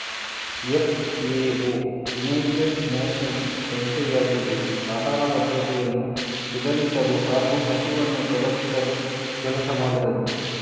FAO United Nations ಸಂಸ್ಥೆಯಾಗಿದ್ದು ಆಹಾರ ಭದ್ರತೆಯನ್ನು ಸುಧಾರಿಸಲು ಹಾಗೂ ಹಸಿವನ್ನು ತೊಲಗಿಸಲು ಕೆಲಸ ಮಾಡುತ್ತದೆ